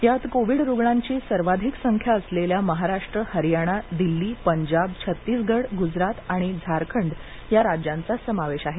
यात कोविड रुग्णांची सर्वाधिक संख्या असलेल्या महाराष्ट्र हरियाणा दिल्ली पंजाब छत्तीसगड गुजरात आणि झारखंड या राज्यांचा समावेश आहे